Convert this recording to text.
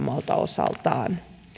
osaltaan